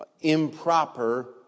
improper